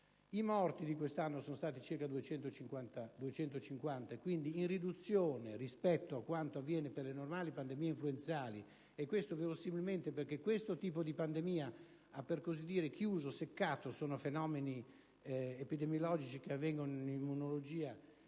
I morti quest'anno sono stati circa 250, e quindi in riduzione rispetto a quanto avviene per le normali pandemie influenzali. Ciò verosimilmente perché questo tipo di pandemia ha "seccato" (sono fenomeni epidemiologici che avvengono in immunologia)